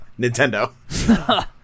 Nintendo